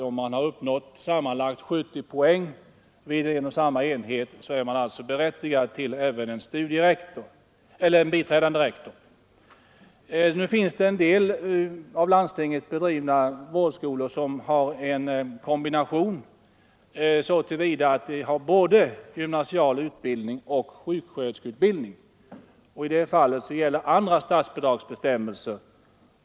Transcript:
Om man har uppnått sammanlagt 70 poäng vid en och samma enhet är man berättigad även till en biträdande rektor. Nu finns det en del av landstingen bedrivna vårdskolor som har kombinerad utbildning så till vida att de har både gymnasial utbildning och sjuksköterskeutbildning. I det fallet gäller andra statsbidragsbestämmelser.